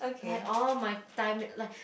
like all my Thai make like